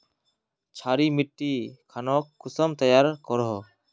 क्षारी मिट्टी खानोक कुंसम तैयार करोहो?